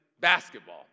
basketball